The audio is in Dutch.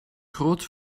groot